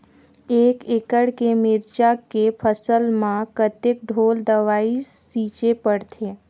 एक एकड़ के मिरचा के फसल म कतेक ढोल दवई छीचे पड़थे?